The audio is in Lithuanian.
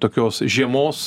tokios žiemos